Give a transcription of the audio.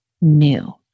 new